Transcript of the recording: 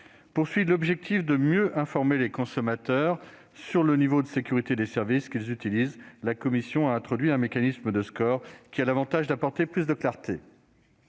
pour objectif de mieux informer les consommateurs sur le niveau de sécurité des services qu'ils utilisent. La commission des affaires économiques a introduit un mécanisme de score qui a l'avantage d'apporter plus de clarté,